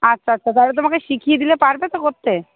আচ্ছা আচ্ছা তাহলে তোমাকে শিখিয়ে দলে পারবে তো করতে